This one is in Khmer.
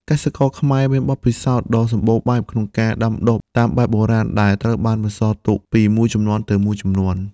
កសិករខ្មែរមានបទពិសោធន៍ដ៏សម្បូរបែបក្នុងការដាំដុះតាមបែបបុរាណ ដែលត្រូវបានបន្សល់ទុកពីមួយជំនាន់ទៅមួយជំនាន់។